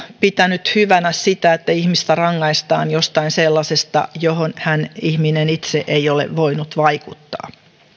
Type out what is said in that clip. pitänyt hyvänä sitä että ihmistä rangaistaan jostain sellaisesta johon hän ihminen itse ei ole voinut vaikuttaa